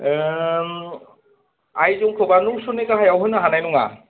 आयजंखौबा नयस'नि गाहायाव होनो हानाय नङा